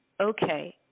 Okay